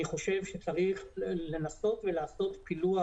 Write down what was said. אני חושב שצריך לנסות ולעשות פילוח